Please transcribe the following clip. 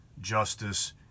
justice